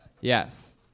yes